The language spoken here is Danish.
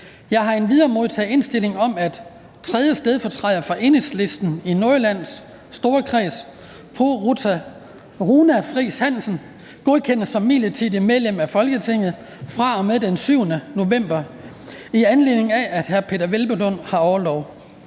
Jeg har endvidere modtaget indstilling om, at 3. stedfortræder for Enhedslisten i Nordjyllands Storkreds, Runa Friis Hansen, godkendes som midlertidigt medlem af Folketinget fra og med den 7. november 2023 i anledning af Peder Hvelplunds orlov.